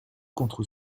contre